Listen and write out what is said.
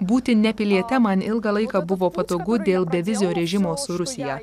būti nepiliete man ilgą laiką buvo patogu dėl bevizio režimo su rusija